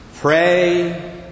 Pray